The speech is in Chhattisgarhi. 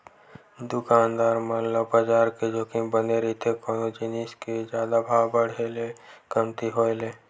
दुकानदार मन ल बजार के जोखिम बने रहिथे कोनो जिनिस के जादा भाव बड़हे ले कमती होय ले